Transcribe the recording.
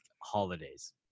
holidays